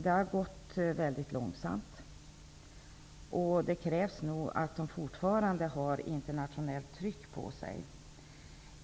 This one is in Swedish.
Det har gått mycket långsamt, och det krävs nog att de fortfarande har ett internationellt tryck på sig.